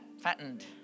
fattened